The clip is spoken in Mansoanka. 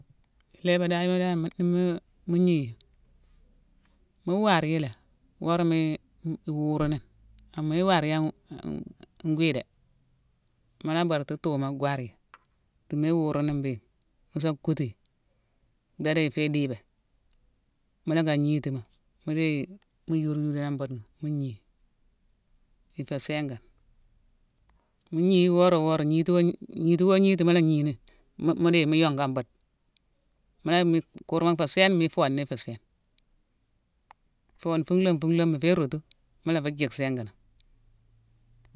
Ilébadayema dan- ma- ma- gniyi, mu war yi lé. Wora méye- n- iwuruni, méye war yi an- an- gwii dé. Mula bortu tuuma gwar yi. Tuma iwuruni mbéghine, musa kutu yi, dhédé yi fé idibé. Mu la ka ngnitima, mu déye, mu yur yura yi an budena, mu gni. Ifé singane. Mu gni yi wora wora, ngnito gniti mu la gnini ni, mu déye mu yongu an bude, mu la yick mu kurma nfé sééne mi ifona ifé sééne. I fone funlane- funlane mu fé rotu, mu la fu jick singana.